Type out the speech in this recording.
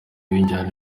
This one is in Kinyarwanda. w’injyana